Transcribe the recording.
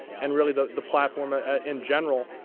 and really the the platform ah ah in general.